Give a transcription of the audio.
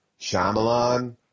Shyamalan